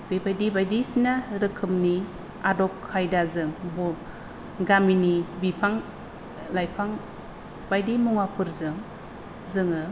बेबायदि बायदिसिना रोखोमनि आदब खायदाजों गामिनि बिफां लाइफां बायदि मुवाफोरजों जोङो